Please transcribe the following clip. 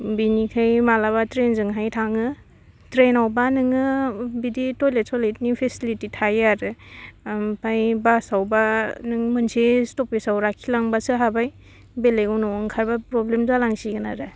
बेनिफ्राय मालाबा ट्रेनजोंहाय थाङो ट्रेनावबा नोङो बिदि टइलेद सलेदनि फिसिलिटि थायो आरो आमफाय बासावबा नों मोनसे स्टपिसाव लाखि लांबासो हाबाय बेलेकआव न'वाव ओंखारबा प्रब्लेम जालांसिगोन आरो